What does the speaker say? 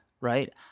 Right